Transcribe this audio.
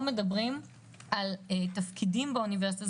פה מדברים על תפקידים באוניברסיטה.